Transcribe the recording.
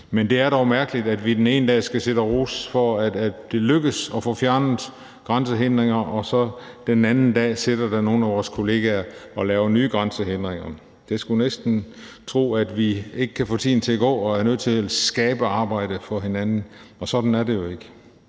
Men det er dog mærkeligt, at vi den ene dag skal sidde og rose, fordi det lykkes at få fjernet grænsehindringer, og så den næste dag sidder nogle af vores kolleger og laver nye grænsehindringer. Man skulle næsten tro, at vi ikke kan få tiden til at gå og er nødt til at skabe arbejde for hinanden, men sådan er det jo ikke.